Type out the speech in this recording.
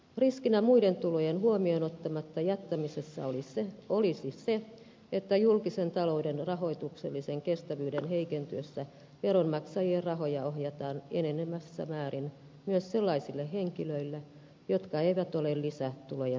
riskinä muiden tulojen huomioon ottamatta jättämisessä olisi se että julkisen talouden rahoituksellisen kestävyyden heikentyessä veronmaksajien rahoja ohjataan enenevässä määrin myös sellaisille henkilöille jotka eivät ole lisätulojen tarpeessa